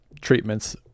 treatments